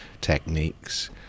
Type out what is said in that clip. techniques